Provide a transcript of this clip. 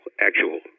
actual